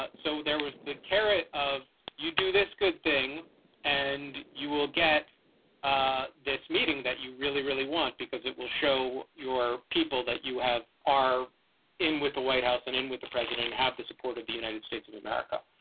but so there was the carrot of you do this good thing and you will get ah this meeting that you really really want because it will show your people that you have are in with the white house and in with the president have the support of the united states of america.